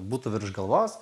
būtų virš galvos